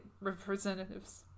representatives